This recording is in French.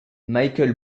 michael